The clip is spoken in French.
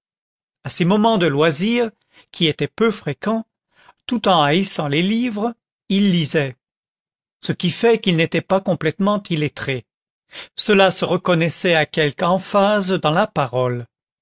à ses moments de loisir qui étaient peu fréquents tout en haïssant les livres il lisait ce qui fait qu'il n'était pas complètement illettré cela se reconnaissait à quelque emphase dans la parole